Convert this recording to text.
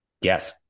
Yes